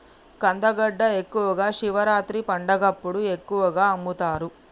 కందగడ్డ ఎక్కువగా శివరాత్రి పండగప్పుడు ఎక్కువగా అమ్ముతరు